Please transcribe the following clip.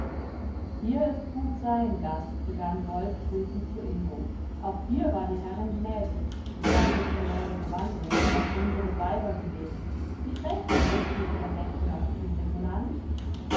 hier ist gut sein gast begann wolf grüßend zu ingo auch dir war die herrin gnädig du wandelst in neuem gewande das unsere weiber gewebt wie trägt sich das tuch der mädchen aus thüringeland